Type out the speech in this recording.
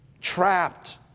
trapped